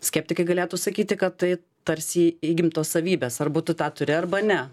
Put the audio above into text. skeptikai galėtų sakyti kad tai tarsi įgimtos savybės arba tu tą turi arba ne